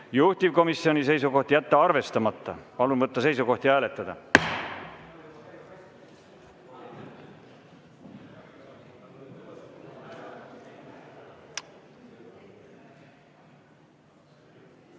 Juhtivkomisjoni seisukoht on jätta arvestamata. Palun võtta seisukoht ja hääletada!